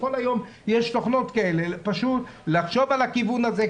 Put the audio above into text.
צריך לחשוב על הכיוון הזה,